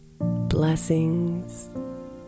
Blessings